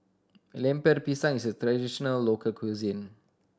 Lemper Pisang is a traditional local cuisine